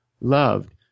loved